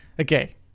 Okay